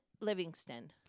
Livingston